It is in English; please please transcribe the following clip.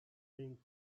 pink